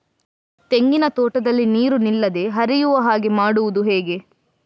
ತೆಂಗಿನ ತೋಟದಲ್ಲಿ ನೀರು ನಿಲ್ಲದೆ ಹರಿಯುವ ಹಾಗೆ ಮಾಡುವುದು ಹೇಗೆ?